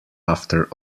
after